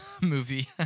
movie